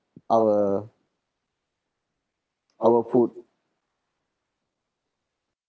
our our food